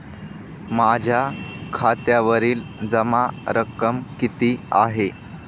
माझ्या खात्यावरील जमा रक्कम किती आहे?